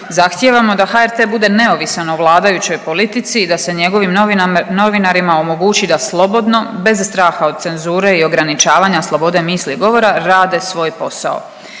Zahtijevamo da HRT bude neovisan o vladajućoj politici i da se njegovim novinarima omogući da slobodno bez straha od cenzure i ograničavanja slobode misli i govora rade svoj posao.